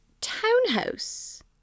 townhouse